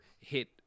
hit